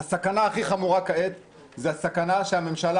הסכנה הכי חמורה כעת היא הסכנה שהממשלה